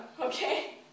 okay